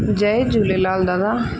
जय झूलेलाल दादा